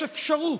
או יש אפשרות,